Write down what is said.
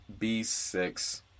b6